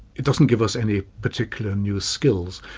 it doesn't give us any particular new skills,